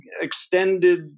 extended